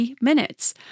minutes